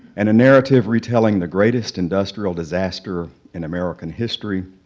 and a narrative retelling the greatest industrial disaster in american history.